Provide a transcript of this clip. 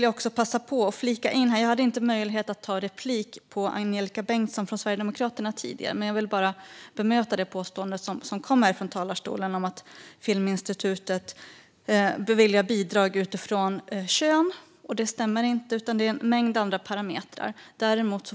Jag hade inte möjlighet att begära replik på Angelika Bengtsson från Sverigedemokraterna tidigare. Jag vill bara bemöta hennes påstående här i talarstolen att Filminstitutet beviljar bidrag utifrån kön. Det stämmer inte, utan det sker utifrån en mängd andra parametrar.